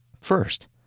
First